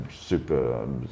Super